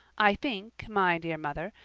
i think, my dear mother,